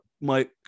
Mike